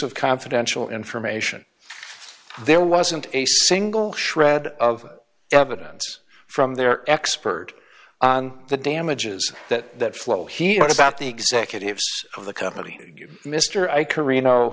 of confidential information there wasn't a single shred of evidence from their expert on the damages that flow here about the executives of the company mr i careen